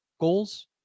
goals